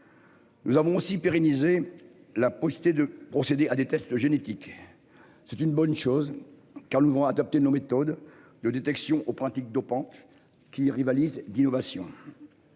Nous avons aussi pérenniser la Poste et de procéder à des tests génétiques et c'est une bonne chose, car le vent adapter nos méthodes de détection aux pratiques dopantes qui rivalisent d'innovations.